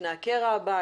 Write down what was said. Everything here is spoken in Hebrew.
לפני הקרע הבא,